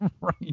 Right